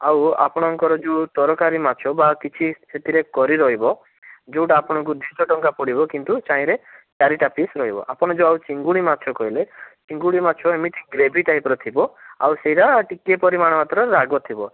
ଆଉ ଆପଣଙ୍କର ଯେଉଁ ତରକାରୀ ମାଛ ବା କିଛି ସେଥିରେ କରି ରହିବ ଯେଉଁଟା ଆପଣଙ୍କୁ ଦୁଇ ଶହ ଟଙ୍କା ପଡ଼ିବ କିନ୍ତୁ ତାଇଁରେ ଚାରିଟା ପିସ୍ ରହିବ ଆପଣ ଯେଉଁ ଆଉ ଚିଙ୍ଗୁଡ଼ି ମାଛ କହିଲେ ଚିଙ୍ଗୁଡ଼ି ମାଛ ଏମିତି ଗ୍ରେଭି ଟାଇପ୍ର ଥିବ ଆଉ ସେଇଟା ଟିକିଏ ପରିମାଣ ମାତ୍ରାରେ ରାଗ ଥିବ